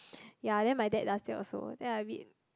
ya then my dad does that also then I a bit